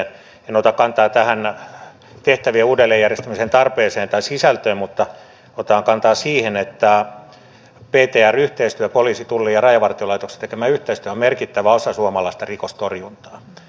en ota kantaa tähän tehtävien uudelleenjärjestämisen tarpeeseen tai sisältöön mutta otan kantaa siihen että ptr yhteistyö poliisin tullin ja rajavartiolaitoksen tekemä yhteistyö on merkittävä osa suomalaista rikostorjuntaa